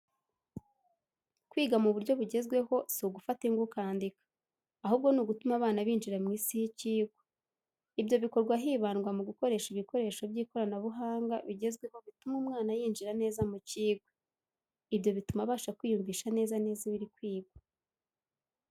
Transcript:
Kwiga mu buryo bugezweho si ugufata ingwa ukandika, ahubwo ni ugutuma abana binjira mu isi y'icyigwa. Ibyo bikorwa hibandwa mu gukoresha ibikoresho by'ikoranabuhanga bigezweho bituma umwana yinjira neza mu icyigwa. Ibyo bituma abasha kwiyumvisha neza neza ibirikwigwa.